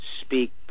speak